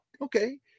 okay